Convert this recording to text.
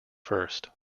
first